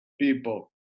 people